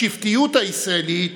השבטיות הישראלית